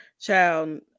Child